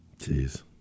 Jeez